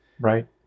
Right